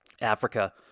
Africa